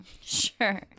Sure